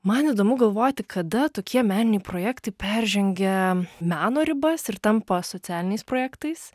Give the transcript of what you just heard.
man įdomu galvoti kada tokie meniniai projektai peržengia meno ribas ir tampa socialiniais projektais